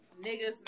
niggas